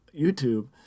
YouTube